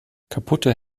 kaputte